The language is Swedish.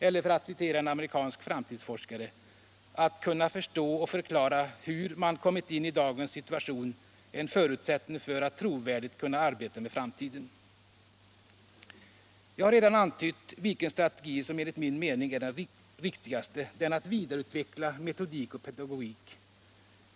Eller för att citera en amerikansk framtidsforskare: ”Att kunna förstå och förklara hur man kommit in i dagens situation är en förutsättning för att trovärdigt kunna arbeta med framtiden.” Jag har redan antytt vilken strategi som enligt min mening är den riktigaste, nämligen den att vidareutveckla metodik och pedagogik.